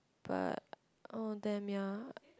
but oh damn ya